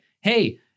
hey